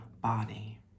body